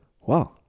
Wow